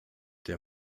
der